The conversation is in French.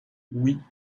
oui